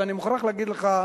ואני מוכרח להגיד לך,